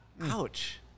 Ouch